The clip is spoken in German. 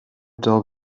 der